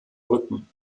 rücken